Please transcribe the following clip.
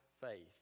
faith